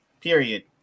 Period